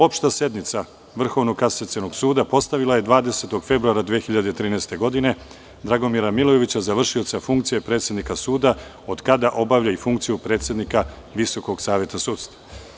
Opšta sednica Vrhovnog kasacionog suda postavila je 20. februara 2013. godine Dragomira Milojevića za vršioca funkcije predsednika suda, od kada obavlja i funkciju predsednika Visokog saveta sudstva.